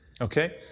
Okay